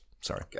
Sorry